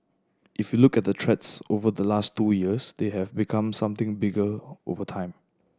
if look at the threats over the last two years they have become something bigger over time